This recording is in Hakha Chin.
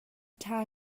ṭha